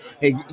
hey